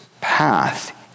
path